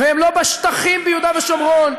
והם לא בשטחים ביהודה ושומרון,